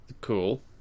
Cool